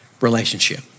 relationship